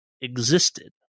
existed